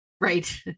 Right